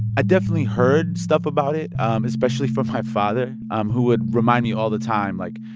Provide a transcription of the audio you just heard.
i definitely heard stuff about it, especially from my father, um who would remind me all the time. like,